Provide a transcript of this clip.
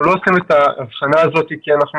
אנחנו לא עושים את ההבחנה הזו כי אנחנו